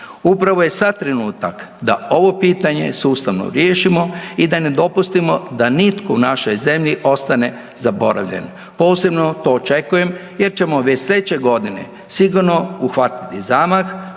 Upravo je sad trenutak da ovo pitanje sustavno riješimo i da ne dopustimo da nitko u našoj zemlji ostane zaboravljen. Posebno to očekujem jer ćemo već slijedeće godine sigurno uhvatiti zamah